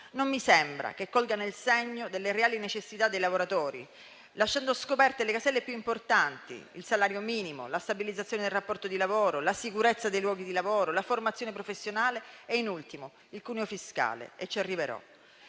non mi sembra che colga nel segno delle reali necessità dei lavoratori, lasciando scoperte le caselle più importanti: il salario minimo, la stabilizzazione del rapporto di lavoro, la sicurezza dei luoghi di lavoro, la formazione professionale e, in ultimo, il cuneo fiscale. Sulle